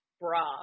bra